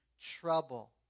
trouble